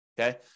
okay